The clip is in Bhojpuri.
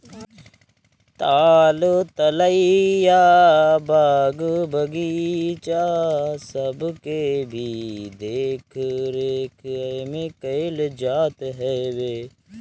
ताल तलैया, बाग बगीचा सबके भी देख रेख एमे कईल जात हवे